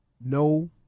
No